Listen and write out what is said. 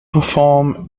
perform